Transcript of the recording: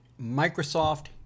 Microsoft